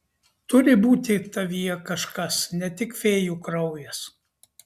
turi būti tavyje kažkas ne tik fėjų kraujas